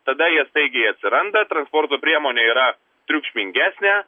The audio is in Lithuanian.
tada jie staigiai atsiranda transporto priemonė yra triukšmingesnė